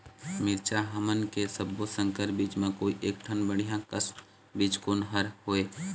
मिरचा हमन के सब्बो संकर बीज म कोई एक ठन बढ़िया कस बीज कोन हर होए?